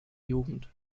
jugend